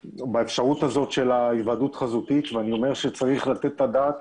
באפשרות הזאת של ההיוועדות החזותית ואני אומר שצריך לתת את הדעת